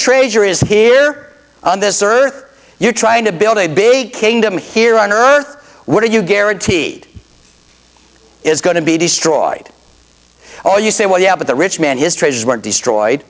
trader is here on this earth you're trying to build a big kingdom here on earth what are you guaranteed is going to be destroyed or you say well yeah but the rich man his treasures were destroyed